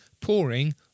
pouring